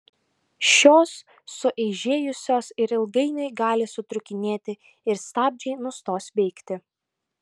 šios sueižėjusios ir ilgainiui gali sutrūkinėti ir stabdžiai nustos veikti